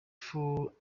full